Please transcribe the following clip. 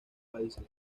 países